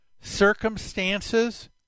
circumstances